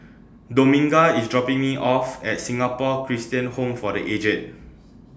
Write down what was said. Dominga IS dropping Me off At Singapore Christian Home For The Aged